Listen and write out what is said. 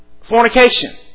Fornication